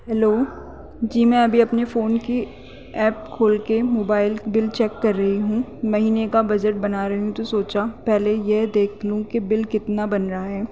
hello جی میں ابھی اپنے فون کی ایپ کھول کے موبائل بل چیک کر رہی ہوں مہینے کا بجٹ بنا رہی ہوں تو سوچا پہلے یہ دیکھ لوں کہ بل کتنا بن رہا ہے